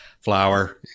flour